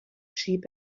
sheep